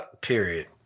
Period